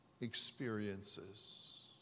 experiences